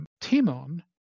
Timon